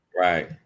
Right